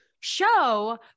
show